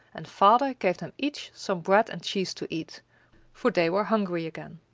and father gave them each some bread and cheese to eat for they were hungry again.